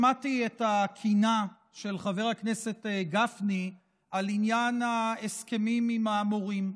שמעתי את הקינה של חבר הכנסת גפני על ענין ההסכמים עם המורים,